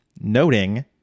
noting